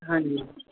ਹਾਂਜੀ